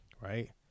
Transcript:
Right